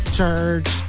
Church